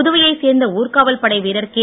புதுவையைச் சேர்ந்த ஊர்காவல் படை வீரர் கே